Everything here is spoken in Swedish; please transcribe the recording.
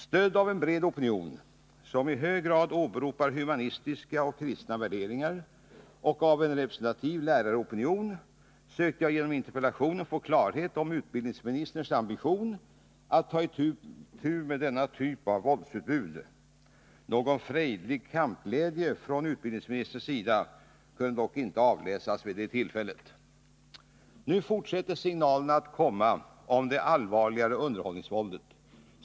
Stödd av en bred opinion — som i hög grad åberopade humanistiska och kristna värderingar — och av en representativ läraropinion, sökte jag genom en interpellation få klarhet om utbildningsministerns ambition att ta itu med denna typ av våldsutbud. Någon frejdig kampglädje från utbildningsministerns sida kunde dock inte avläsas vid det tillfället. Nu fortsätter signalerna att komma om det allvarliga underhållningsvåldet.